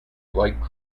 like